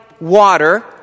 water